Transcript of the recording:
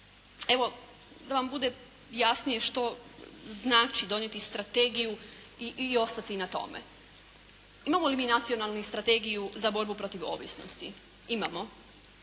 Evo da vam bude jasnije što znači donijeti strategiju i ostati na tome. Imamo li mi Nacionalnu strategiju za borbu protiv ovisnosti? Imamo.